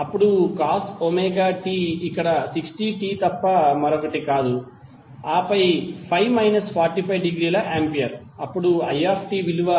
అప్పుడు cos omega t ఇక్కడ 60t తప్ప మరొకటి కాదు ఆపై ఫై మైనస్ 45 డిగ్రీల ఆంపియర్